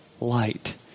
Light